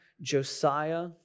Josiah